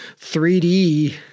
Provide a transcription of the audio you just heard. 3D